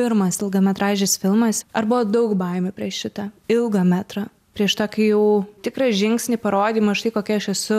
pirmas ilgametražis filmas arba buvo daug baimių prieš šitą ilgą metrą prieš tokį jau tikrą žingsnį parodymą štai kokia aš esu